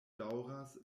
daŭras